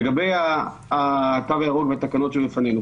לגבי התו הירוק והתקנות שלפנינו,